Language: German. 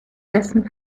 dessen